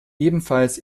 ebenfalls